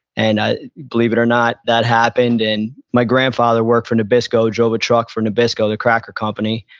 and ah believe it or not, that happened. and my grandfather worked for nabisco, drove a truck for nabisco, the cracker company.